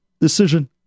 decision